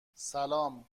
سلام